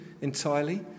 entirely